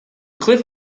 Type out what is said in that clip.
cliffs